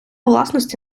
власності